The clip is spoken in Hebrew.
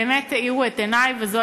באמת האירו את עיני, וזו